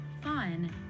fun